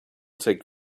take